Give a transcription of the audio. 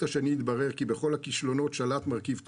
השני התברר כי בכל הכישלונות שלט מרכיב "טופ-דאון",